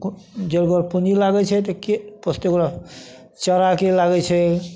को जोरगर पूँजी लागै छै तऽ के पोसतै ओकरा चारा कए लागै छै